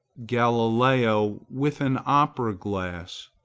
galileo, with an opera-glass,